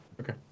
okay